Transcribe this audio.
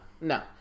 no